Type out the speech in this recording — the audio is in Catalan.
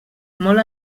molt